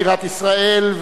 בירת ישראל,